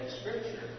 scripture